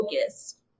focus